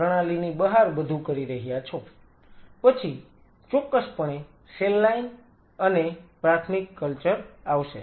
પછી ચોક્કસપણે cell line અને પ્રાથમિક કલ્ચર આવશે